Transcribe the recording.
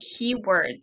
keywords